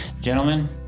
Gentlemen